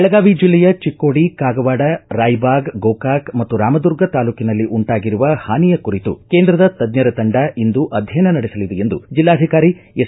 ಬೆಳಗಾವಿ ಜಿಲ್ಲೆಯ ಚಿಕ್ಕೋಡಿ ಕಾಗವಾಡ ರಾಯಬಾಗ ಗೋಕಾಕ ಮತ್ತು ರಾಮದುರ್ಗ ತಾಲೂಕಿನಲ್ಲಿ ಉಂಟಾಗಿರುವ ಹಾನಿಯ ಕುರಿತು ಕೇಂದ್ರದ ತಜ್ಞರ ತಂಡ ಇಂದು ಅಧ್ಯಯನ ನಡೆಸಲಿದೆ ಎಂದು ಜಿಲ್ಲಾಧಿಕಾರಿ ಎಸ್